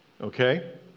Okay